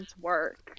work